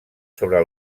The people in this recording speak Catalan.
sobre